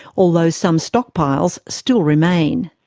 although some stockpiles still remain.